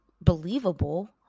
believable